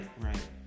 right